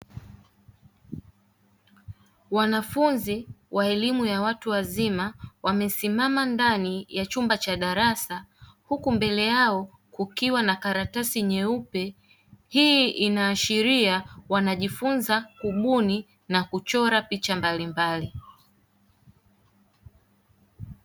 Wanafunzi wa elimu ya watu wazima wamesimama ndani ya chumba cha darasa huku mbele yao kukiwa na karatasi nyeupe, hii inaashiria wanajifunza kubuni na kuchora picha mbalimbali.